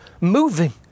moving